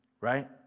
right